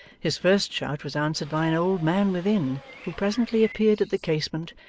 his first shout was answered by an old man within, who presently appeared at the casement,